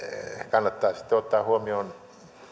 kannattaa sitten ottaa huomioon